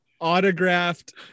autographed